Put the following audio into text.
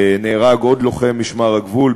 נהרג עוד לוחם משמר הגבול,